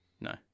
No